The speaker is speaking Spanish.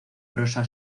prosa